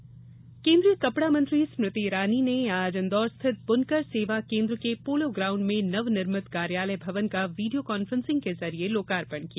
स्मृति ईरानी केंद्रीय कपड़ा मंत्री स्मृति ईरानी ने आज इंदौर स्थित बुनकर सेवा केंद्र के पोलो ग्राऊंड में नवनिर्मित कार्यालय भवन का वीडियो कांफ्रेंसिंग के जरिए लोकार्पण किया